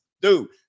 dude